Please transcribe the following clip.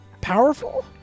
Powerful